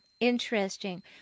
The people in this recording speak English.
interesting